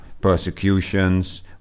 persecutions